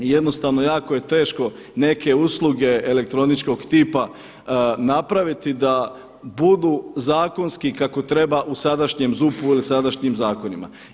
I jednostavno jako je teško neke usluge elektroničkog tipa napraviti da budu zakonski kako treba u sadašnjem ZUP-u ili sadašnjim zakonima.